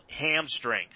hamstring